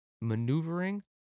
Maneuvering